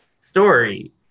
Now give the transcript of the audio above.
story